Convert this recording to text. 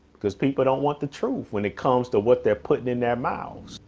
because people don't want the truth when it comes to what they're putting in their mouth.